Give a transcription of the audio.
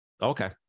Okay